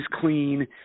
clean